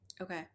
Okay